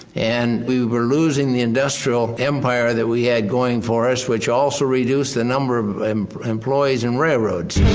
and we were losing the industrial empire that we had going for us, which also reduced the number of um employees in railroads.